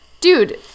Dude